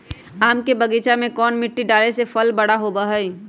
आम के बगीचा में कौन मिट्टी डाले से फल बारा बारा होई?